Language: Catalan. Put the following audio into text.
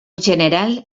general